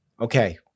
okay